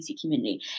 community